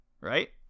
Right